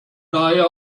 daher